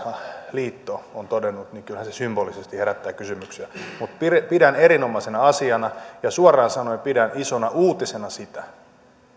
liitto on todennut niin kyllähän se symbolisesti herättää kysymyksiä mutta pidän pidän erinomaisena asiana ja suoraan sanoen pidän isona uutisena